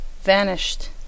vanished